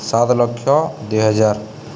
ସାତ ଲକ୍ଷ ଦୁଇହଜାର